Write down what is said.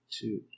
Two